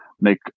make